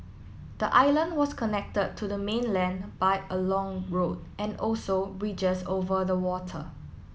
the island was connected to the mainland by a long road and also bridges over the water